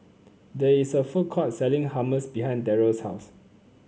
Toh Avenue